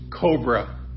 cobra